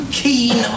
keen